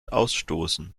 ausstoßen